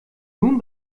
nun